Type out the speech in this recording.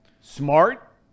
Smart